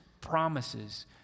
promises